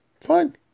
Fine